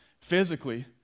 physically